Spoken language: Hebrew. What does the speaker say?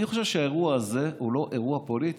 אני חושב שהאירוע הזה הוא לא אירוע פוליטי,